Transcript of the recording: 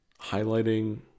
Highlighting